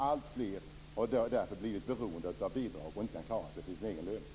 Alltfler har därför blivit beroende av bidrag och kan inte klara sig på sina egna löner.